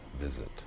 visit